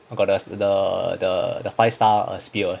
I got the uh the five star spear